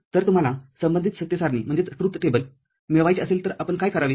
तर तुम्हाला संबंधित सत्य सारणी मिळवायची असेल तर आपण काय करावे